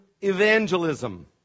evangelism